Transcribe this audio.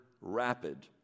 rapid